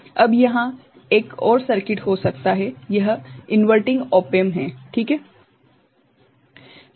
अब यहाँ एक और सर्किट हो सकता है यह इनवर्टिंग ऑप एम्प हैं ठीक है